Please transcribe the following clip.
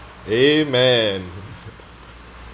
amen